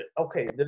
Okay